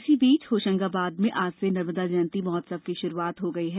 इसी बीच होशंगाबाद में आज से नर्मदा जयन्ती महोत्सव की श्रुआत हो गयी है